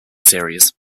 series